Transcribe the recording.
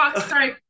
sorry